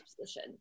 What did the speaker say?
position